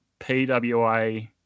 PWA